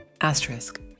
asterisk